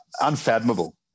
unfathomable